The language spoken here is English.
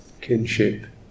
kinship